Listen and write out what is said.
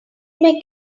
may